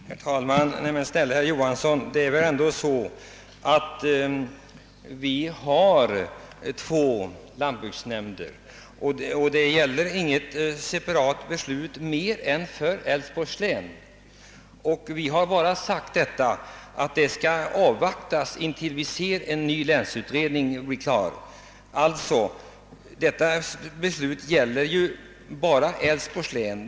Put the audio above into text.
Herr talman! Det finns ju, herr Johansson i Trollhättan, två lantbruksnämnder i Älvsborgs län, och det är inte fråga om något separat beslut för något annat län än Älvsborgs län. Vi har bara sagt att man bör avvakta tills en ny länsindelning blir färdig. Det är alltså här bara frågan om Älvsborgs län.